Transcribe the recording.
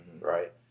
right